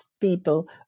people